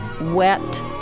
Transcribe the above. wet